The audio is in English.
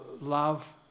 love